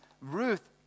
Ruth